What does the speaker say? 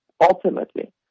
ultimately